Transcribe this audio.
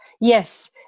Yes